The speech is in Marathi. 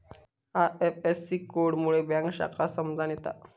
आई.एफ.एस.सी कोड मुळे बँक शाखा समजान येता